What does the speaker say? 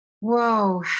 Whoa